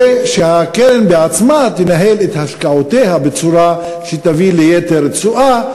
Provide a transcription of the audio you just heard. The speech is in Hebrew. ושהקרן בעצמה תנהל את השקעותיה בצורה שתביא ליתר תשואה,